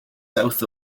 south